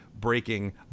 breaking